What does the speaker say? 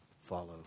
follow